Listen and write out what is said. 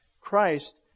Christ